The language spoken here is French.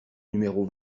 numéro